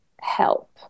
help